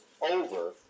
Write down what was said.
over